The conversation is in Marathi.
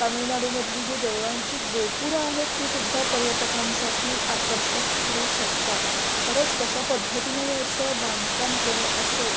तामिळनाडूमधली जे देवळांची गोपूरं आहेत तीसुद्धा पर्यटकांसाठी आकर्षक ठरू शकतात खरंच कशा पद्धतीनं याचं बांधकाम केलं असेल